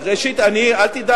לראש האופוזיציה, אל תדאג.